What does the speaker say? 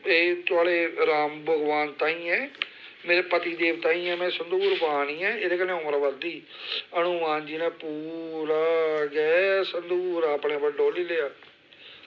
एह् थुआढ़े राम भगवान ताहीं ऐ मेरे पतिदेव ताहीं ऐं में संदूर पा नी ऐं एह्दे कन्नै उमर बधदी हनुमान जी ने पूरा गै संदूर अपने उप्पर डोह्ल्ली लेआ